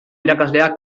irakaslea